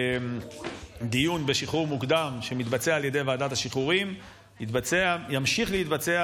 דיון בשחרור מוקדם שמתבצע על ידי ועדת השחרורים ימשיך להתבצע,